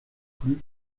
plus